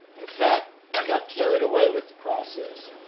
in fact, i got carried away with the process.